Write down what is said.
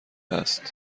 است